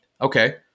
okay